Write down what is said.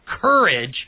courage